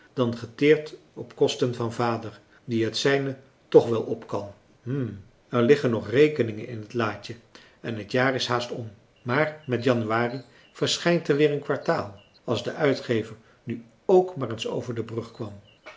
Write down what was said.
dan geteerd op kosten van vader die het zijne tch wel op kan hm er liggen nog rekeningen in het laadje en het jaar is haast om maar met januari verschijnt er weer een kwartaal als de uitgever nu k maar eens over de brug kwam